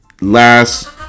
Last